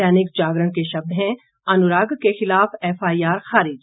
दैनिक जागरण के शब्द हैं अनुराग के खिलाफ एफआईआर खारिज